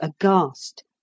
aghast